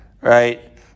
right